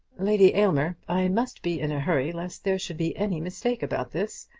lady aylmer, i must be in a hurry lest there should be any mistake about this.